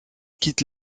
quitte